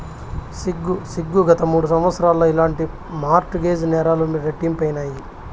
సిగ్గు సిగ్గు, గత మూడు సంవత్సరాల్ల ఇలాంటి మార్ట్ గేజ్ నేరాలు రెట్టింపైనాయి